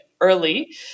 early